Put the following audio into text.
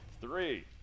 three